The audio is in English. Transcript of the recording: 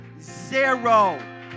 Zero